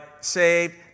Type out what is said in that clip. saved